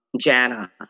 Jana